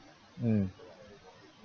mm